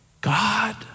God